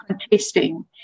contesting